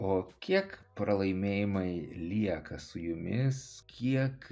o kiek pralaimėjimai lieka su jumis kiek